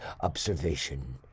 observation